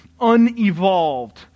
unevolved